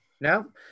No